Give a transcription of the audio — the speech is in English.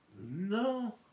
No